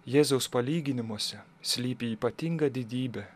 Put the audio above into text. jėzaus palyginimuose slypi ypatinga didybė